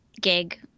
gig –